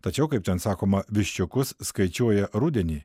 tačiau kaip ten sakoma viščiukus skaičiuoja rudenį